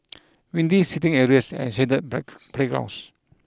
windy seating areas and shaded break playgrounds